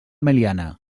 meliana